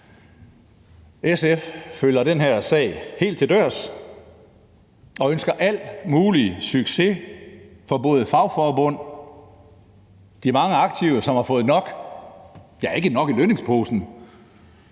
SF følger den her sag helt til dørs og ønsker al mulig succes for både fagforbund og de mange aktive, som har fået nok, ja, ikke